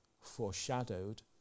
foreshadowed